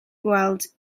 gweld